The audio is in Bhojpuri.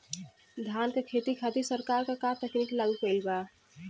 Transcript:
धान क खेती खातिर सरकार का का तकनीक लागू कईले बा?